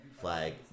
flag